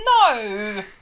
no